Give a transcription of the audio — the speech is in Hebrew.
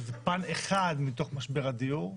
זה פן אחד מתוך משבר הדיור.